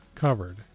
Covered